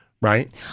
Right